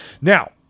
Now